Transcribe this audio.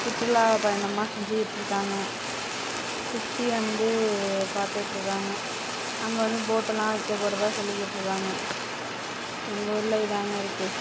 சுற்றுலா பயணமாக செஞ்சுகிட்ருக்காங்க சுற்றி வந்து பார்த்துட்ருக்காங்க அங்கே வந்து போட்டெல்லாம் வைக்க போகிறதா சொல்லிக்கிட்டிருக்காங்க எங்கூரில் இதுதாங்க இருக்குது